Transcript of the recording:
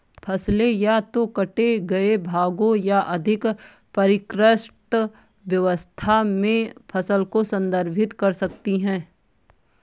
फसलें या तो काटे गए भागों या अधिक परिष्कृत अवस्था में फसल को संदर्भित कर सकती हैं